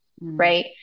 right